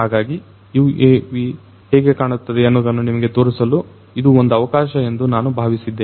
ಹಾಗಾಗಿ UAV ಹೇಗೆ ಕಾಣುತ್ತದೆ ಎನ್ನುವುದನ್ನು ನಿಮಗೆ ತೋರಿಸಲು ಇದು ಒಂದು ಅವಕಾಶ ಎಂದು ನಾನು ಭಾವಿಸಿದ್ದೇನೆ